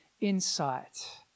insight